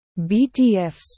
BTFs